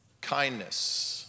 kindness